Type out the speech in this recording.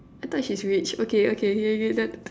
I thought's she's rich okay okay